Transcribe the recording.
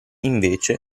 invece